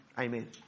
Amen